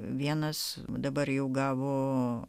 vienas dabar jau gavo